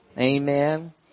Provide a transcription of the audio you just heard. Amen